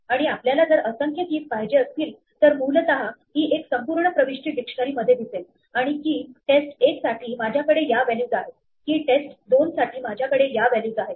आणि आपल्याला जर असंख्य keys पाहिजे असतील तर मूलतः ही एक संपूर्ण प्रविष्टी डिक्शनरी मध्ये दिसेल आणि key टेस्ट 1 साठी माझ्याकडे या व्हॅल्यूज आहेत key टेस्ट 2 साठी माझ्याकडेया व्हॅल्यूज आहेत